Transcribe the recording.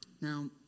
Now